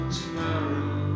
tomorrow